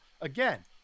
again